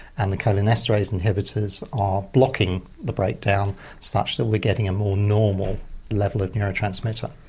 and the kind of cholinesterase inhibitors are blocking the breakdown such that we're getting a more normal level of neurotransmitter.